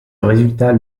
résultat